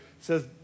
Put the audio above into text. says